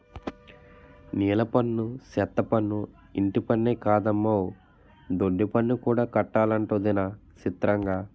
నీలపన్ను, సెత్తపన్ను, ఇంటిపన్నే కాదమ్మో దొడ్డిపన్ను కూడా కట్టాలటొదినా సిత్రంగా